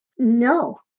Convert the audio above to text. No